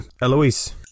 Eloise